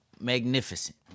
magnificent